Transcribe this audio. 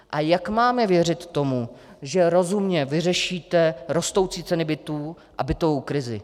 A jak máme věřit tomu, že rozumně vyřešíte rostoucí ceny bytů a bytovou krizi?